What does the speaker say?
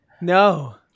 No